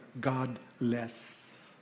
godless